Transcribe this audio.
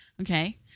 Okay